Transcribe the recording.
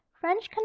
french